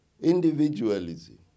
individualism